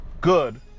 good